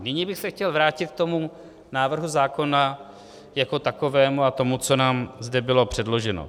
Nyní bych se chtěl vrátit k návrhu zákona jako takovému a k tomu, co nám zde bylo předloženo.